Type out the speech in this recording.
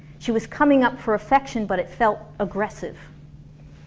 she was coming up for affection but it felt aggressive